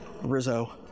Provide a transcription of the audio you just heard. Rizzo